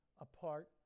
apart